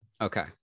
Okay